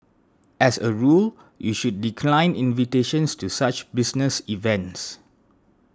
as a rule you should decline invitations to such business events